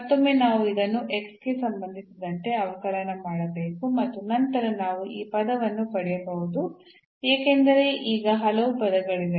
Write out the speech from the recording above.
ಮತ್ತೊಮ್ಮೆ ನಾವು ಇದನ್ನು ಗೆ ಸಂಬಂಧಿಸಿದಂತೆ ಅವಕಲನ ಮಾಡಬೇಕು ಮತ್ತು ನಂತರ ನಾವು ಈ ಪದವನ್ನು ಪಡೆಯಬಹುದು ಏಕೆಂದರೆ ಈಗ ಹಲವು ಪದಗಳಿವೆ